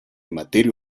materia